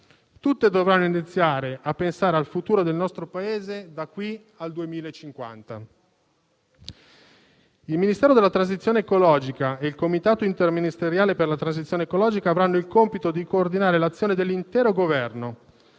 Tutte dovranno iniziare a pensare al futuro del nostro Paese da qui al 2050. Il Ministero della transizione ecologica e il Comitato interministeriale per la transizione ecologica avranno il compito di coordinare l'azione dell'intero Governo